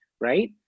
right